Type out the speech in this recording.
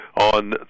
on